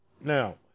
Now